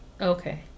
okay